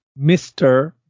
Mr